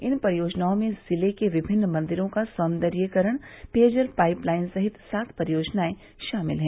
इन परियोजनाओं में जिले के विभिन्न मंदिरों का सौन्दर्यीकरण पेयजल पाईप लाईन सहित सात परियोजनाए शामिल हैं